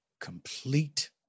complete